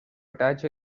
attach